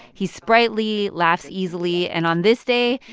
he's sprightly, laughs easily. and on this day,